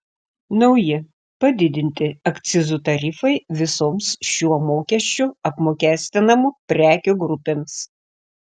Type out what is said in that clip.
nauji padidinti akcizų tarifai visoms šiuo mokesčiu apmokestinamų prekių grupėms